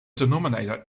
denominator